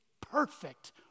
perfect